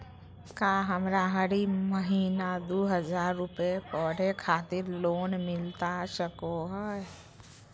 का हमरा हरी महीना दू हज़ार रुपया पढ़े खातिर लोन मिलता सको है?